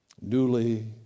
newly